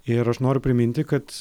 ir aš noriu priminti kad